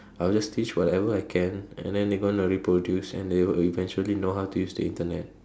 I will just teach whatever I can and then they are going to reproduce and they will eventually know how to use the Internet